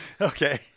Okay